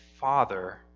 father